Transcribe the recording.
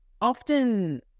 often